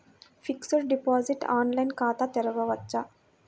Fixed deposit online ఖాతా తెరువవచ్చా?